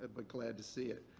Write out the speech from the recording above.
but glad to see it.